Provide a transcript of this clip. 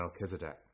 Melchizedek